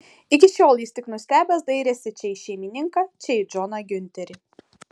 iki šiol jis tik nustebęs dairėsi čia į šeimininką čia į džoną giunterį